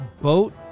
boat